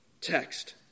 text